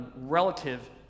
relative